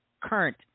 current